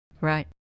Right